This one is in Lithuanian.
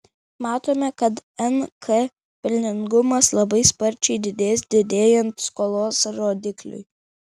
matome kad nk pelningumas labai sparčiai didės didėjant skolos rodikliui